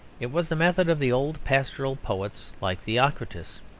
it was the method of the old pastoral poets like theocritus.